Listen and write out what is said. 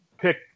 pick